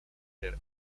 der